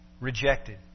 rejected